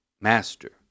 master